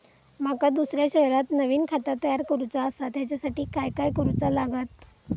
माका दुसऱ्या शहरात नवीन खाता तयार करूचा असा त्याच्यासाठी काय काय करू चा लागात?